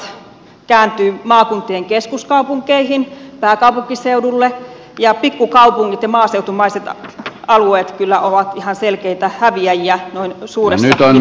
suurimmat rahavirrat kääntyvät maakuntien keskuskaupunkeihin pääkaupunkiseudulle ja pikkukau pungit ja maaseutumaiset alueet kyllä ovat ihan selkeitä häviäjiä noin suuressa mitassa